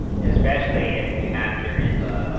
especially if new hampshire is